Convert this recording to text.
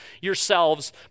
yourselves